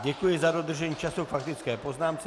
Děkuji za dodržení času k faktické poznámce.